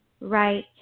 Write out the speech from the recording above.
Right